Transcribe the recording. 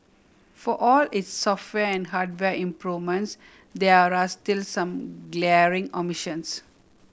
for all its software and hardware improvements there are still some glaring omissions